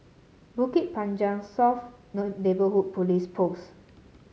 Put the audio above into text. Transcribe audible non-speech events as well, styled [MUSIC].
Bukit Panjang South [UNINTELLIGIBLE] Neighbourhood Police Post